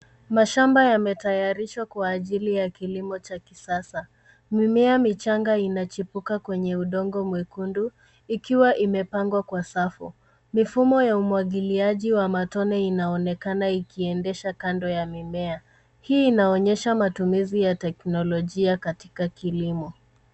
Mashamba yametayarishwa kwa ajili ya kilimo cha kisasa. Mimea michanga inachipuka kwenye udongo mwekundu ikiwa imepangwa kwa safu. Mifumo ya umwagiliaji wa matone inaonekana ikiendesha kando ya mimea. Hii inaonyesha matumizi ya teknolojia katika kilimo.